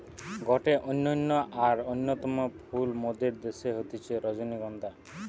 গটে অনন্য আর অন্যতম ফুল মোদের দ্যাশে হতিছে রজনীগন্ধা